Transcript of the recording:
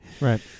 Right